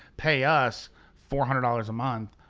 pay us four hundred dollars a month,